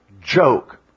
joke